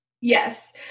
Yes